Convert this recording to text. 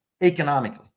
economically